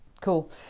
cool